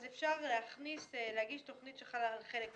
אפשר להגיש תכנית שחלה על חלק מהשטח.